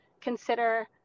consider